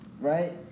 right